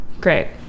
great